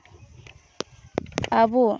ᱟᱵᱚ